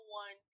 one